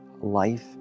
Life